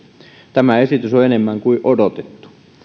tämä esitys on enemmän kuin odotettu